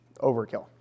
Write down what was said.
overkill